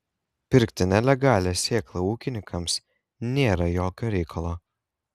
pirkti nelegalią sėklą ūkininkams nėra jokio reikalo